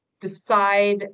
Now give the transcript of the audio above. decide